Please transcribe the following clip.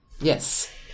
Yes